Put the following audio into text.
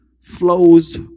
flows